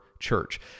Church